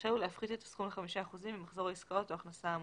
רשאי הוא להפחית את הסכום ל-5 אחוזים ממחזור העסקאות או ההכנסה האמורים.